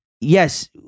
yes